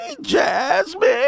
Jasmine